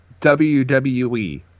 WWE